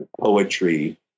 poetry